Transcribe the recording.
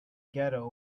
ghetto